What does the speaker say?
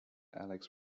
alex